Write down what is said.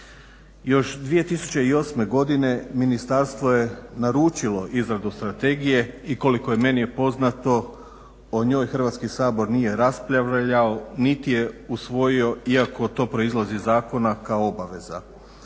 Još 2008. godine ministarstvo je naručilo izradu strategije i koliko je meni poznato o njoj Hrvatski sabor nije raspravljao niti je usvojio iako to proizlazi iz zakona kao obaveza.